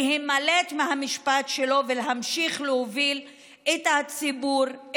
להימלט מהמשפט שלו ולהמשיך להוביל את הציבור,